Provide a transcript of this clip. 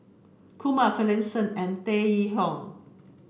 Kumar Finlayson and Tan Yee Hong